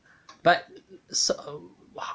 but so